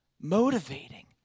motivating